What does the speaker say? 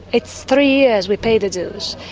it's three years we paid the dues,